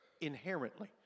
inherently